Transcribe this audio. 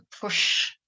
push